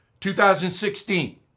2016